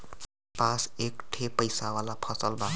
कपास एक ठे पइसा वाला फसल बा